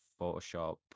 photoshop